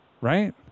right